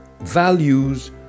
values